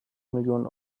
millionen